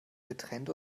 getrennt